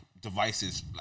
devices